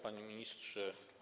Panie Ministrze!